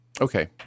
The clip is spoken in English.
Okay